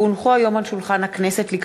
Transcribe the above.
הונחו היום על שולחן הכנסת,